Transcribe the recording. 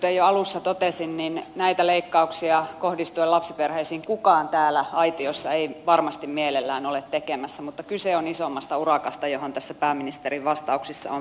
kuten jo alussa totesin näitä leikkauksia kohdistuen lapsiperheisiin kukaan täällä aitiossa ei varmasti mielellään ole tekemässä mutta kyse on isommasta urakasta johon tässä pääministerin vastauksissa on viitattu